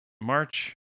March